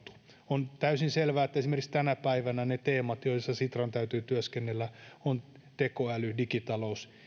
on täysin selvää että esimerkiksi tänä päivänä ne teemat joissa sitran täytyy työskennellä ovat tekoäly digitalous